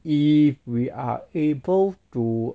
if we are able to